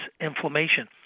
inflammation